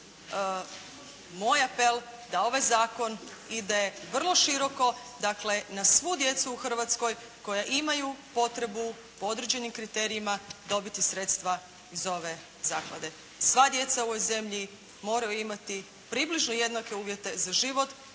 moj apel da ovaj zakon ide vrlo široko, dakle na svu djecu u Hrvatskoj koja imaju potrebu po određenim kriterijima dobiti sredstva iz ove zaklade. Sva djeca u ovoj zemlji moraju imati približno jednake uvjete za život,